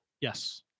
Yes